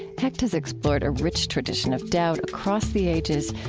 hecht has explored a rich tradition of doubt across the ages,